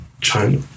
China